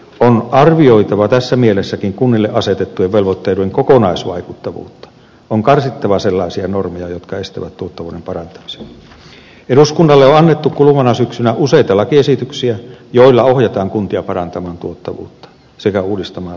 on arvioitava tässä mielessä kunnille asetettujen velvoitteiden kokonaisvaikuttavuutta on karsittava sellaisia normeja jotka estävät tuttuun bar sumu eduskunnalle annettu kuluvana syksynä useita lakiesityksiä joilla ohjataan kuntia parantamaan tuottavuutta sekä uudistamaan